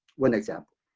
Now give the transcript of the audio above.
one example.